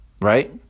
right